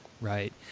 Right